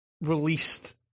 released